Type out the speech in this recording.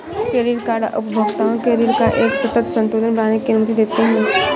credit card उपभोक्ताओं को ऋण का एक सतत संतुलन बनाने की अनुमति देते हैं